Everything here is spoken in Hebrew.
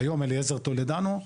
היום אליעזר טולדנו,